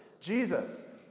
Jesus